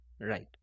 Right